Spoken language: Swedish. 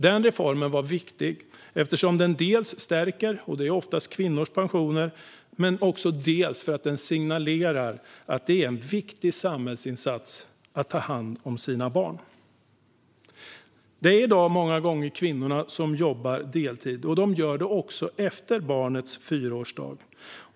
Den reformen var viktig eftersom den dels oftast stärker kvinnors pensioner, dels signalerar att det är en viktig samhällsinsats att ta hand om sina barn. Det är i dag många gånger kvinnorna som jobbar deltid, och de gör det även efter barnets fyraårsdag.